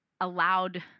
allowed